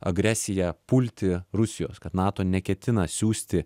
agresija pulti rusijos kad nato neketina siųsti